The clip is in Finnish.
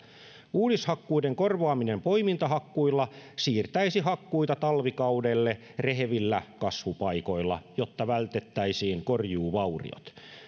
uudishakkuiden korvaaminen poimintahakkuilla siirtäisi hakkuita talvikaudelle rehevillä kasvupaikoilla jotta vältettäisiin korjuuvauriot